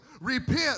Repent